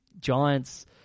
Giants